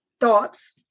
thoughts